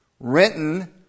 Written